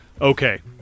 Okay